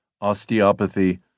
osteopathy